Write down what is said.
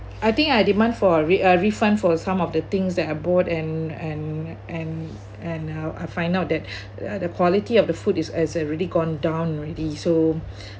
I think I demand for a re~ uh refund for some of the things that I bought and and and and uh I find out that the quality of the food is has really gone down already so